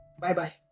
Bye-bye